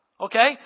Okay